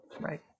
Right